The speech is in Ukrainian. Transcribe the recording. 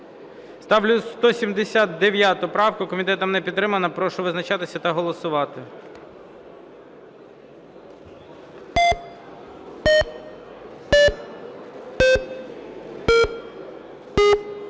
Ставлю 179 правку. Комітетом не підтримана. Прошу визначатися та голосувати.